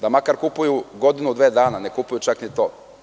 Da makar kupuju godinu, dve dana, ne kupuju čak ni to.